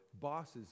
bosses